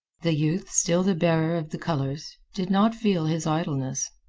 the youth, still the bearer of the colors, did not feel his idleness.